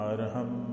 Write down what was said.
Arham